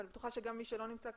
ואני בטוחה שגם מי שלא נמצא כאן,